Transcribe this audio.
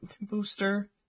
Booster